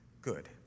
good